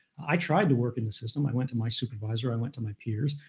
i tried to work in the system. i went to my supervisor. i went to my peers.